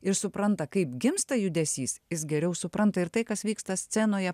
ir supranta kaip gimsta judesys jis geriau supranta ir tai kas vyksta scenoje